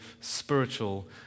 spiritual